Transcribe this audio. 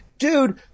Dude